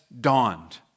dawned